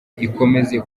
ikomeze